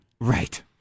Right